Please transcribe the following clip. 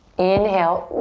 inhale.